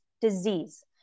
disease